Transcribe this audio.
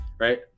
Right